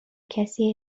کسی